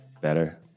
better